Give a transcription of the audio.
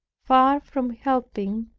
far from helping,